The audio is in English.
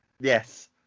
Yes